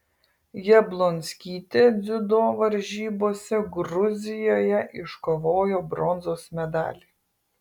jablonskytė dziudo varžybose gruzijoje iškovojo bronzos medalį